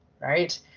Right